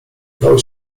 bał